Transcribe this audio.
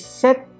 set